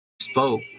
spoke